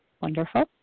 Wonderful